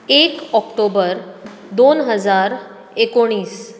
एक ऑक्टोबर दोन हजार एकोणिस